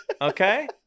Okay